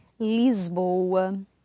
Lisboa